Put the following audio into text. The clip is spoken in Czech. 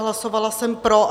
Hlasovala jsem pro.